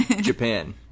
Japan